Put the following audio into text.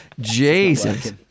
Jesus